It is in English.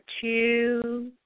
two